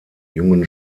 jungen